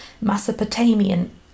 Mesopotamian